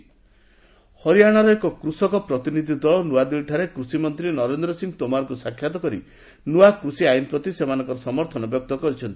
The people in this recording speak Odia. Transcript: ହାରିୟାଣା ଫାର୍ମର୍ସ ହରିୟାଣାର ଏକ କୃଷକ ପ୍ରତିନିଧି ଦଳ ନୂଆଦିଲ୍ଲୀରେ କୃଷିମନ୍ତ୍ରୀ ନରେନ୍ଦ୍ର ସିଂହ ତୋମାରଙ୍କୁ ସାକ୍ଷାତ୍ କରି ନୂଆ କୃଷି ଆଇନ ପ୍ରତି ସେମାନଙ୍କର ସମର୍ଥନ ବ୍ୟକ୍ତ କରିଛନ୍ତି